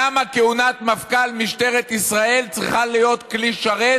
למה כהונת מפכ"ל משטרת ישראל צריכה להיות כלי שרת